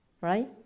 right